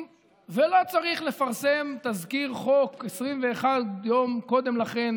ולא צריך לפרסם תזכיר חוק 21 יום קודם לכן